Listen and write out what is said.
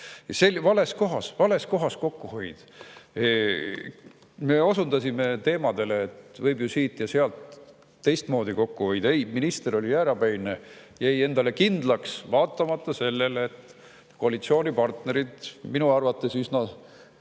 vales kohas. Me osundasime [mitmetele] teemadele, et võib ju siit ja sealt teistmoodi kokku hoida. Ei, minister oli jäärapäine, jäi endale kindlaks, vaatamata sellele, et koalitsioonipartnerid olid minu arvates üsna siiralt